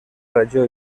regió